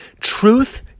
Truth